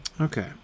Okay